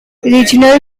regional